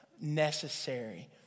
necessary